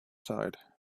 side